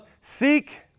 seek